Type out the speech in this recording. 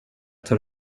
tar